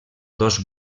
dos